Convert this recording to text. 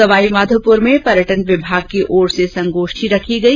सवाईमाधोपुर में पर्यटन विभाग की ओर से संगोष्ठी रखी गई